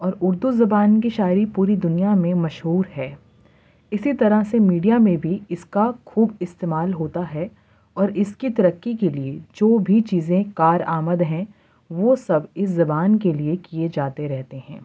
اور اردو زبان کی شاعری پوری دنیا میں مشہور ہے اسی طرح سے میڈیا میں بھی اس کا خوب استعمال ہوتا ہے اور اس کی ترقی کے لیے جو بھی چیزیں کار آمد ہیں وہ سب اس زبان کے لیے کیے جاتے رہتے ہیں